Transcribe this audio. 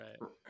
Right